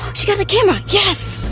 she's got the camera, yes!